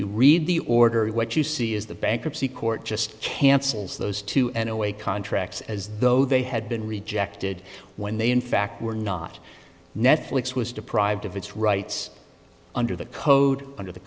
you read the order what you see is the bankruptcy court just cancels those two anyway contracts as though they had been rejected when they in fact were not netflix was deprived of its rights under the code under the